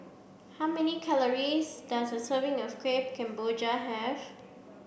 how many calories does a serving of Kueh Kemboja have